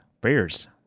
prayers